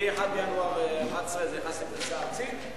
מ-1 בינואר 2011 זה נכנס לפריסה ארצית.